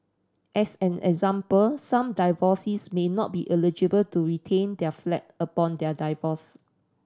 as an example some divorcees may not be eligible to retain the flat upon their divorce